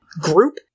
group